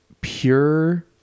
pure